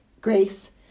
grace